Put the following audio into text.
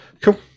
Cool